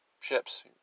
ships